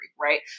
right